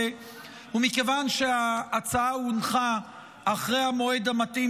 מכיוון שההצעה הונחה אחרי המועד המתאים